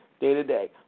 day-to-day